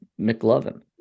mclovin